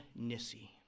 Nissi